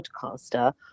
podcaster